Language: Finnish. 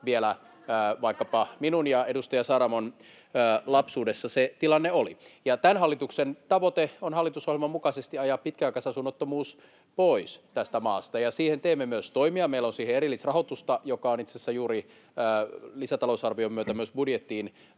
vielä vaikkapa minun ja edustaja Saramon lapsuudessa se tilanne oli. Tämän hallituksen tavoite on hallitusohjelman mukaisesti ajaa pitkäaikaisasunnottomuus pois tästä maasta, ja siihen teemme myös toimia. Meillä on siihen erillisrahoitusta, joka on itse asiassa juuri lisätalousarvion myötä myös budjettiin